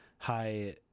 high